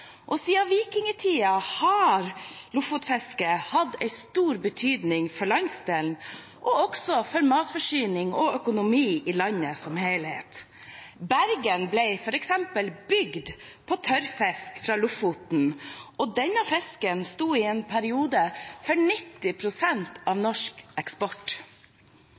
og siden vikingtiden har lofotfisket hatt en stor betydning for landsdelen og for matforsyning og økonomi i landet som helhet. For eksempel ble Bergen bygd på tørrfisk fra Lofoten, og denne fisken sto i en periode for 90 pst. av norsk eksport.